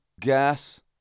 gas